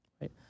right